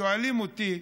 שואלים אותי,